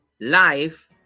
Life